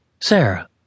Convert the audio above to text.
Sarah